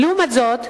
לעומת זאת,